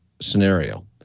scenario